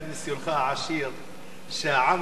אדוני היושב-ראש,